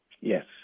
Yes